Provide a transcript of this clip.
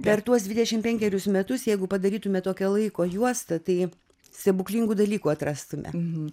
per tuos dvidešimt penkerius metus jeigu padarytume tokią laiko juostą tai stebuklingų dalykų atrastume